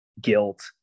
guilt